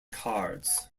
cards